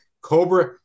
Cobra